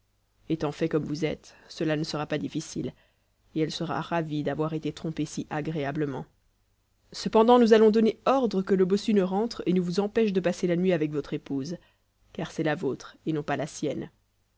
étant fait comme vous êtes cela ne sera pas difficile et elle sera ravie d'avoir été trompée si agréablement cependant nous allons donner ordre que le bossu ne rentre et ne vous empêche de passer la nuit avec votre épouse car c'est la vôtre et non pas la sienne